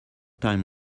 time